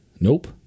Nope